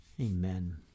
Amen